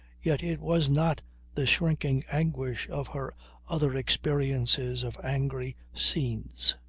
yet it was not the shrinking anguish of her other experiences of angry scenes.